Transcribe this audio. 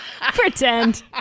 pretend